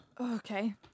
Okay